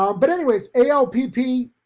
um but anyways, alpp,